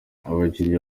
abakinnyi